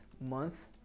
month